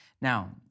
Now